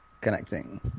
Connecting